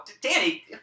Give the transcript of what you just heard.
Danny